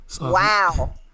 Wow